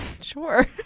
Sure